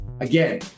Again